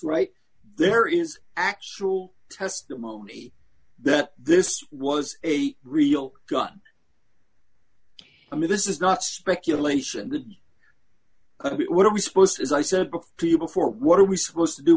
right there is actual testimony that this was a real gun i mean this is not speculation what are we supposed as i said before people for what are we supposed to do